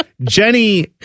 Jenny